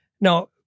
now-